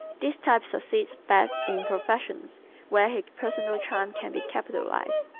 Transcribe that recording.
this type succeeds best in professions where his personal charm can be capitalized,